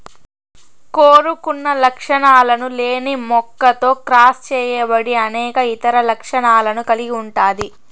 కోరుకున్న లక్షణాలు లేని మొక్కతో క్రాస్ చేయబడి అనేక ఇతర లక్షణాలను కలిగి ఉంటాది